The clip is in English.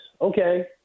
Okay